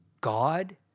God